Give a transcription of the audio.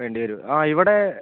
വേണ്ടി വരും ആ ഇവിടെ